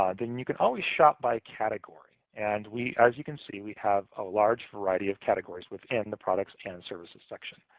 um then you can always shop by category, and as you can see, we have a large variety of categories within the products and services section.